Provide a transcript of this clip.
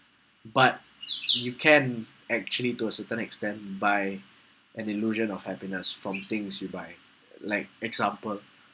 but you can actually to a certain extent buy an illusion of happiness from things you buy like example